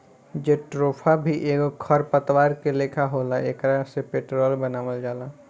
jatropha भी एगो खर पतवार के लेखा होला एकरा से पेट्रोल बनावल जाला